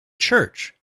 church